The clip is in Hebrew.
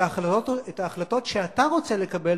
להחלטות שאתה רוצה לקבל,